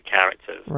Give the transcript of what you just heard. characters